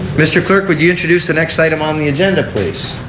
mr. clerk would you introduce the next item on the agenda please.